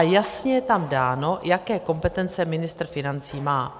Jasně je tam dáno, jaké kompetence ministr financí má.